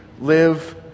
live